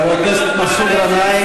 חבר הכנסת מסעוד גנאים,